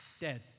Dead